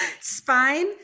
spine